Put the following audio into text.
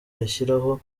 ashyiraho